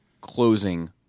closing